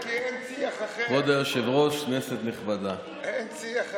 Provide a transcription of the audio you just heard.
כי אין שיח אחר, אין שיח אחר.